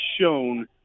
shown